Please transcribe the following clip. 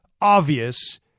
obvious